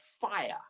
fire